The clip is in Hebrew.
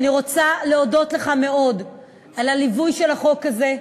על הליווי של החוק הזה,